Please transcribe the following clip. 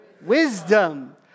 wisdom